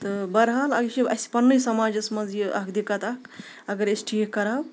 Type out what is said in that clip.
تہٕ بَرحال یہِ چھِ اَسہِ پَنٛنُے سَماجَس منٛز یہِ اَکھ دِکت اَکھ اگر أسۍ ٹھیٖک کَرٕہاو